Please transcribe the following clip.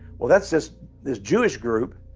well, that's this this jewish group,